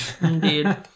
Indeed